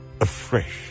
afresh